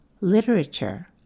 literature